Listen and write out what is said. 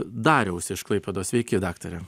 dariaus iš klaipėdos sveiki daktare